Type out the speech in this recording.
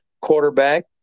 quarterback